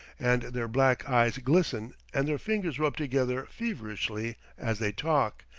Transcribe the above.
and their black eyes glisten and their fingers rub together feverishly as they talk,